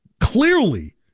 clearly